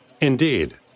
Indeed